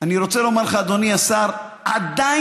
ואני